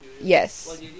Yes